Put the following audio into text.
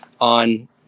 on